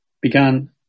began